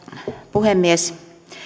puhemies